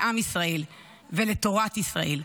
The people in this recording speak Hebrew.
לעם ישראל ולתורת ישראל.